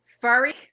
Furry